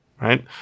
right